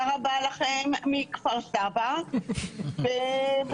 רבה לכם מכפר סבא ובכלל.